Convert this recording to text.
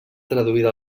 traduïda